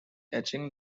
etching